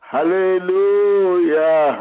Hallelujah